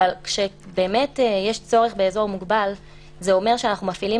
אבל כשבאמת יש צורך באזור מוגבל זה אומר שאנחנו מפעילים